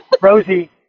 Rosie